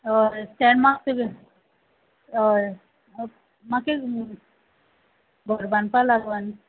हय ताणे म्हाका तुगेल हय म्हाका एक घर बांदपा लागून